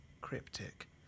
cryptic